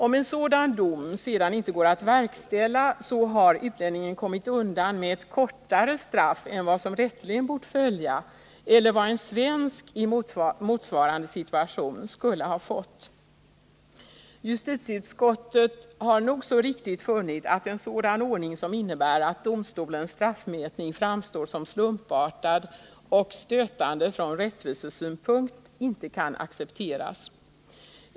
Om en sådan dom sedan inte går att verkställa har utlänningen kommit undan med ett kortare straff än vad som rätteligen bort följa eller vad en svensk i motsvarande situation skulle ha fått. Justitieutskottet har nog så riktigt funnit att en sådan ordning, som innebär att domstolens straffmätning framstår som slumpartad och stötande från rättvisesynpunkt, inte kan accepteras.